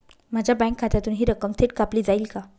माझ्या बँक खात्यातून हि रक्कम थेट कापली जाईल का?